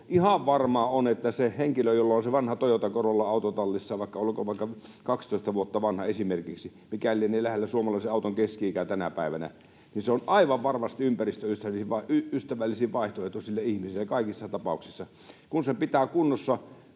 Ihan varmaa on, että henkilölle, jolla on vanha Toyota Corolla autotallissa — olkoon vaikka esimerkiksi 12 vuotta vanha, mikä lienee lähellä suomalaisen auton keski-ikää tänä päivänä — se on aivan varmasti ympäristöystävällisin vaihtoehto sille ihmiselle kaikissa tapauksissa. Kun sen pitää kunnossa,